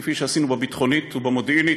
כפי שעשינו בביטחונית ובמודיעינית.